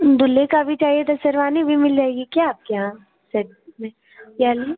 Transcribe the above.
दूल्हे का भी चाहिए था शेरवानी भी मिल जाएगी क्या आपके यहाँ सेट में यानी